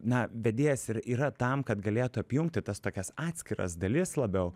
na vedėjas ir yra tam kad galėtų apjungti tas tokias atskiras dalis labiau